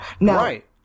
Right